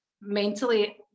mentally